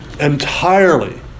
entirely